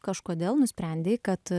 kažkodėl nusprendei kad